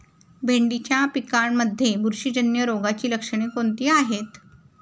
भेंडीच्या पिकांमध्ये बुरशीजन्य रोगाची लक्षणे कोणती आहेत?